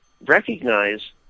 recognize